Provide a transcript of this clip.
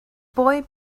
boy